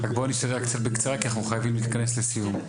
רק בוא נשתדל קצת בקצרה כי אנחנו חייבים להתכנס לסיום,